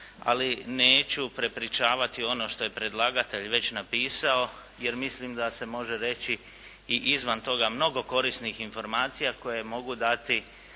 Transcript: ali neću prepričavati ono što je predlagatelj već napisao, jer mislim da se može reći i izvan toga mnogo korisnih informacija koje mogu dati